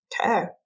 Okay